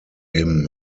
him